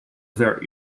very